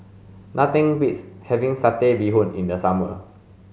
nothing beats having satay bee hoon in the summer